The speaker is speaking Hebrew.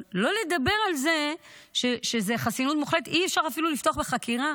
לא לדבר על זה שבחסינות מוחלטת אי-אפשר אפילו לפתוח בחקירה